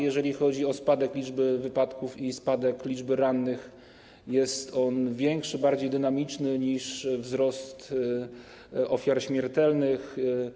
Jeżeli chodzi o spadek liczby wypadków i liczby rannych, to jest on większy, bardziej dynamiczny niż wzrost liczby ofiar śmiertelnych.